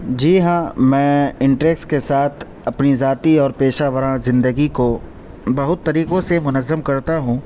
جی ہاں میں انٹریس کے ساتھ اپنی ذاتی اور پیشہ وارنہ زندگی کو بہت طریقوں سے منظم کرتا ہوں